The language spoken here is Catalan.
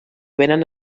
venen